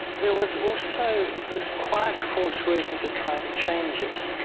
there was also this quiet force working to try to change it.